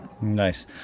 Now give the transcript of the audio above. nice